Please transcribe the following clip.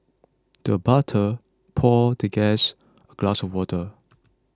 the butler poured the guest a glass of water